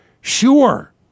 sure